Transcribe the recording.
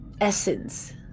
essence